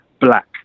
black